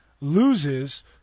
loses